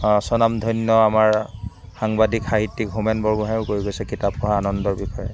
স্বনামধন্য আমাৰ সাংবাদিক সাহিত্যিক হোমেন বৰগোঁহাইয়ো কৈ গৈছে কিতাপ পঢ়াৰ আনন্দৰ বিষয়ে